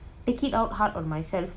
take it out hard on myself